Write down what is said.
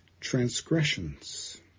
transgressions